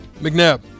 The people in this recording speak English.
McNabb